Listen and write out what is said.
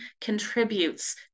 contributes